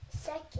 second